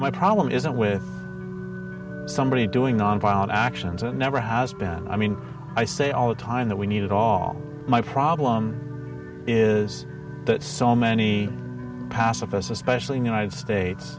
my problem isn't with somebody doing nonviolent actions it never has been i mean i say all the time that we need it all my problem is that so many pacifists especially in the united states